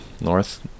north